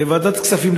לוועדת כספים,